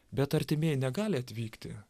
bet artimieji negali atvykti